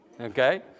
Okay